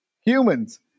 Humans